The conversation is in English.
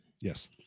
yes